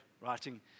writing